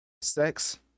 sex